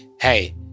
hey